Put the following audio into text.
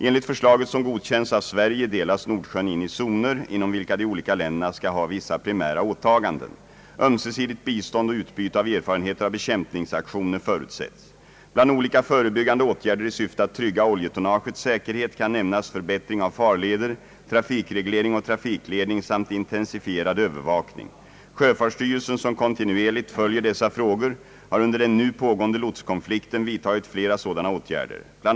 Enligt förslaget som godkänts av Sverige delas Nordsjön in i zoner, inom vilka de olika länderna skall ha vissa primära åtaganden. Ömsesidigt bistånd och utbyte av erfarenheter av bekämpningsaktioner förutsätts. Bland olika förebyggande åtgärder i syfte att trygga oljetonnagets säkerhet kan nämnas förbättring av farleder, trafikreglering och trafikledning samt intensifierad övervakning. Sjöfartsstyrelsen, som kontinuerligt följer dessa frågor, har under den nu pågående lotskonflikten vidtagit flera sådana åtgärder. Bl.